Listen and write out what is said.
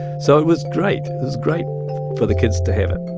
so it was great. it was great for the kids to have it,